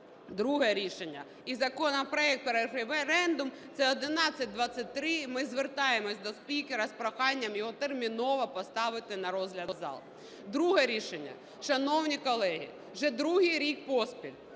Друге рішення і законопроект про референдум це 1123, ми звертаємося до спікера з проханням його терміново поставити на розгляд в зал. Друге рішення. Шановні колеги, вже другий рік поспіль